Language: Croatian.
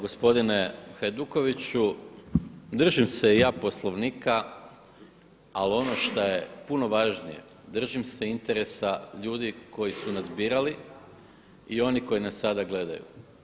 Gospodine Hajdukoviću držim se i ja Poslovnika ali ono što je puno važnije držim se interesa ljudi koji su nas birali i onih koji nas sada gledaju.